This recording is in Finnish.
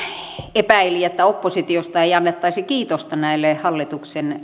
epäili että oppositiosta ei annettaisi kiitosta näille hallituksen